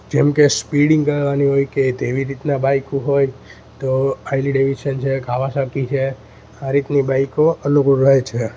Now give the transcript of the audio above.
જેમ કે સ્પીડિંગ કરવાની હોય કે તેવી રીતના બાઈક હોય તો હાર્લી ડેવિલ્સન છે કાવાસાકી છે આ રીતની બાઈકો અનુકૂળ રહે છે